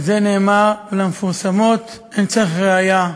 על זה נאמר: ולמפורסמות אין צריך ראיה.